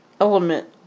element